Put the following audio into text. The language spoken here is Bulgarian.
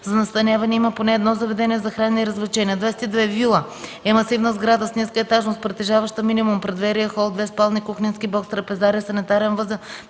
за настаняване и има поне едно заведение за хранене и развлечения.